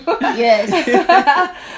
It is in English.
Yes